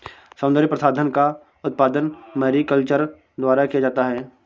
सौन्दर्य प्रसाधन का उत्पादन मैरीकल्चर द्वारा किया जाता है